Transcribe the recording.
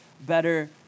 better